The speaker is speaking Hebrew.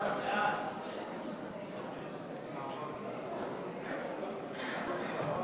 חוק לתיקון פקודת המסים (גבייה) (הוראת שעה),